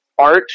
art